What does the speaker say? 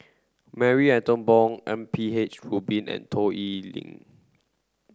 Marie Ethel Bong M P H Rubin and Toh Liying